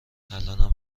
الانم